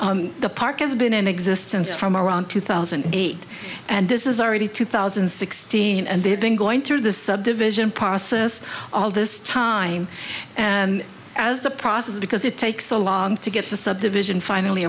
the park has been in existence from around two thousand and eight and this is already two thousand and sixteen and they've been going through the subdivision process all this time and as the process because it takes so long to get the subdivision finally